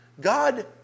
God